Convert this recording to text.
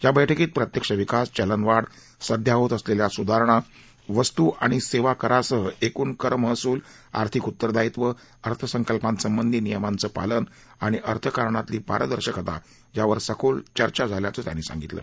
या बैठकीत प्रत्यक्ष विकास चलन वाढ सध्या होत असलेल्या सुधारणा वस्तू आणि सेवा करासह एकूण कर महसूल आर्थिक उत्तरदायित्व अर्थसंकल्पासंबधी नियमाचं पालन आणि अर्थकारणातली पारदर्शकता यावर सखोल चर्चा झाल्याचं त्यांनी सांगितलं